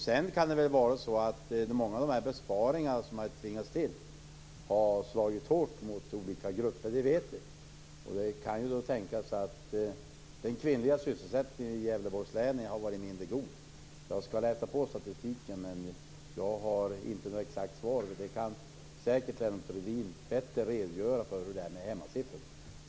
Sedan kan det vara så att många av de besparingar som vi har varit tvingade till har slagit hårt mot olika grupper. Det vet vi. Det kan ju tänkas att kvinnors sysselsättning i Gävleborgs län har varit mindre god. Jag skall läsa på statistiken, men jag har inte något exakt svar. Säkert kan Lennart Rohdin bättre redogöra för hur det är med hemmasiffrorna.